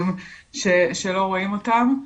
שלא רואים אותם.